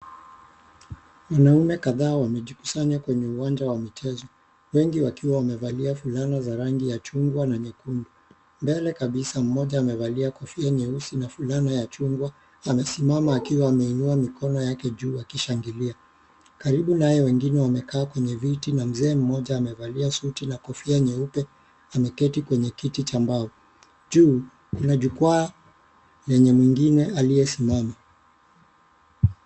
Wanaume kadhaa wamejikusanya kwenye uwanja wa michezo. Wengi wakiwa wamevalia fulana za rangi ya chungwa na nyekundu. Mbele kabisa mmoja amevalia kofia nyeusi na fulana ya chungwa amesimama akiwa ameinua mikono yake juu akishangilia. Karibu naye wengine wamekaa kwenye viti na mzee mmoja amevalia suti la kofia nyeupe ameketi kwenye kiti cha mbao. Juu, kuna jukwaa yenye mwingine aliyesimama.